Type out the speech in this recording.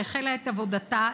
שהחלה את עבודתה,